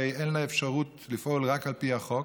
הרי אין לה אפשרות לפעול רק על פי החוק,